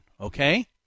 okay